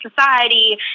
society